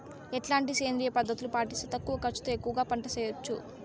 ఎట్లాంటి సేంద్రియ పద్ధతులు పాటిస్తే తక్కువ ఖర్చు తో ఎక్కువగా పంట చేయొచ్చు?